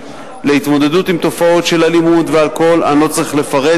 להתמודדות עם תופעות של אלימות ואלכוהול אני לא צריך לפרט,